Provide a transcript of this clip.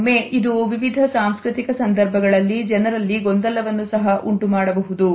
ಕೆಲವೊಮ್ಮೆ ಇದು ವಿವಿಧ ಸಾಂಸ್ಕೃತಿಕ ಸಂದರ್ಭಗಳಲ್ಲಿ ಜನರಲ್ಲಿ ಗೊಂದಲವನ್ನು ಸಹ ಉಂಟುಮಾಡಬಹುದು